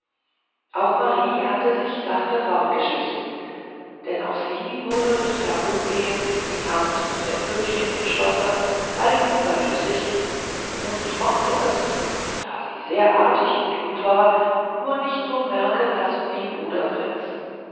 auch marie hatte sich sachte fortgeschlichen denn auch sie wurde des herumgehens und tanzens der püppchen im schlosse bald überdrüssig und mochte es da sie sehr artig und gut war nur nicht so merken lassen wie bruder fritz